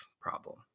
problem